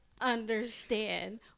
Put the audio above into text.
understand